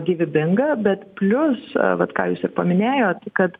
gyvybinga bet plius vat ką jūs ir paminėjot kad